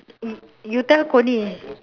y~ you tell connie